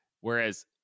whereas